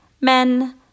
Men